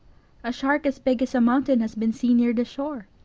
a shark as big as a mountain has been seen near the shore.